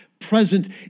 present